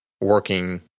working